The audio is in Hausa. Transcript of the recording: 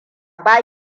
ba